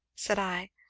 said i.